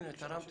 הנה תרמת